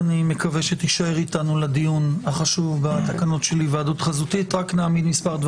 אני מקווה שתישאר איתנו לדיון החשוב בתקנות של היוועדות חזותית.